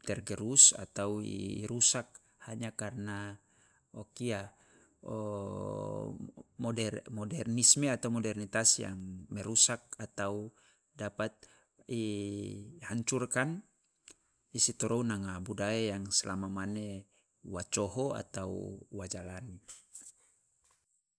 tergerus atau i rusak oleh karena kia o modern modernisme atau modernitas yang merusak atau dapat i munculkan i sitorou nanga budaya yang selama mane wa coho atau wa jalani.